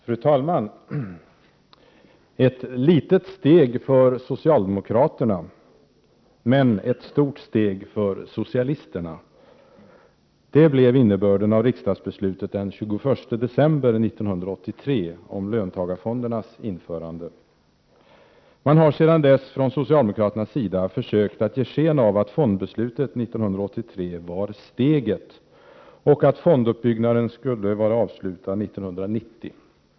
Fru talman! Ett litet steg för socialdemokraterna — men ett stort steg för socialisterna. Det blev innebörden av riksdagsbeslutet den 21 december 1983 om löntagarfondernas införande. Man har sedan dess från socialdemokraternas sida försökt att ge sken av att fondbeslutet 1983 var ”steget” och att fonduppbyggnaden skall vara avslutad 1990.